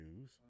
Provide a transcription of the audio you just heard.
news